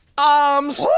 arms,